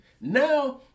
now